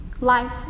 life